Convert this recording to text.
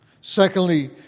Secondly